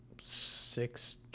six